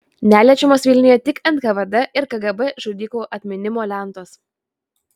neliečiamos vilniuje tik nkvd ir kgb žudikų atminimo lentos